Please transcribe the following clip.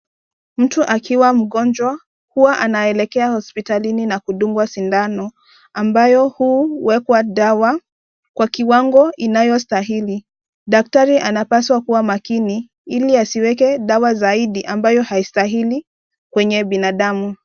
Mtu akiwa mgonjwa, huwa anaelekea hospitalini na kudungwa sindano ,ambayo huuwekwa dawa kwa kiwango inayostahili. Daktari anapaswa kuwa makini, ili asiweke dawa zaidi ambayo haistahili, kwenye binadamu.